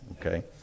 Okay